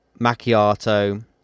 macchiato